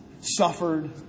suffered